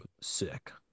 Sick